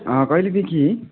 कहिलेदेखि